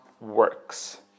works